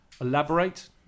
elaborate